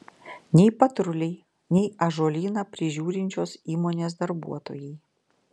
nei patruliai nei ąžuolyną prižiūrinčios įmonės darbuotojai